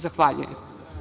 Zahvaljujem.